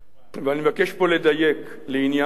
ואני מבקש פה לדייק, לעניין זה: